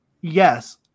yes